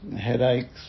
headaches